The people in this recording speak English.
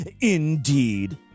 Indeed